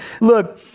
Look